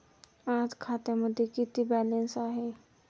आज खात्यामध्ये किती बॅलन्स आहे?